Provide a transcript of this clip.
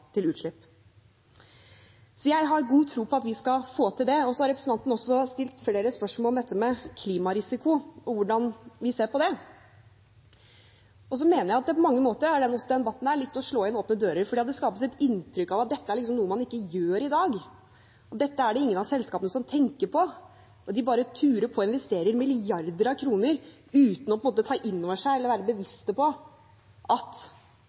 til utslipp. Jeg har god tro på at vi skal få til det. Så har representanten også stilt flere spørsmål om dette med klimarisiko og hvordan vi ser på det. Jeg mener at på mange måter er også denne debatten litt å slå inn å åpne dører, for det skapes et inntrykk av at dette er noe man ikke gjør i dag – dette er det ingen av selskapene som tenker på, de bare turer på og investerer milliarder av kroner uten å ta inn over seg eller være bevisst på at